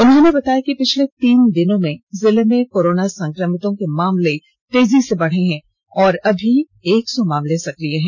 उन्होंने बताया कि पिछले तीन दिनों में जिले में कोरोना संक्रमितों के मामले तेजी से बढ़े हैं और अभी एक सौ मामले सक्रिय है